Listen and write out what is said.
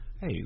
Hey